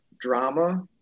drama